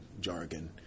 jargon